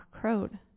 crowed